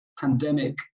pandemic